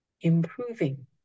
improving